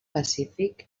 pacífic